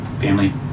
family